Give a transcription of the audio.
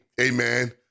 amen